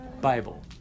Bible